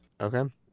Okay